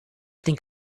think